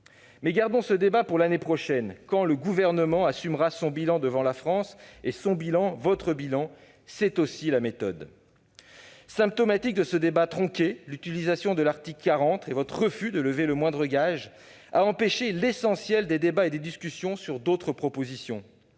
Mais gardons ce débat pour l'année prochaine, quand le Gouvernement assumera son bilan devant la France : votre bilan, c'est aussi votre méthode ! Symptomatiques de ce débat tronqué : l'utilisation de l'article 40 et votre refus de lever le moindre gage. Cela a empêché l'essentiel des débats et discussions sur d'autres propositions,